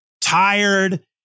tired